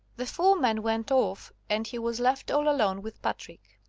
the four men went off, and he was left all alone with patrick.